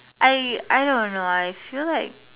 I I don't know I feel like